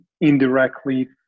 indirectly